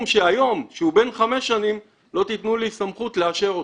שהוא בן חמש שנים לא תתנו לי סמכות לאשר אותו.